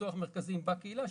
לפתוח מרכזים בקהילה,